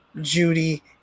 Judy